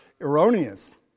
erroneous